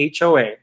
HOA